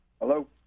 Hello